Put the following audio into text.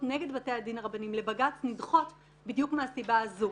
לבג"ץ נגד בתי הדין הרבניים נדחות בדיוק מהסיבה הזו.